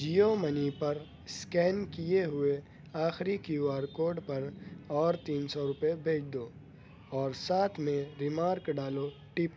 Jio money پر scan کیے ہوئے آخری کیو آر کوڈ پر اور تین سو روپے بھیج دو اور ساتھ میں ریمارک ڈالو ٹپ